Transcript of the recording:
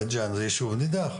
בית ג'אן זה ישוב נידח,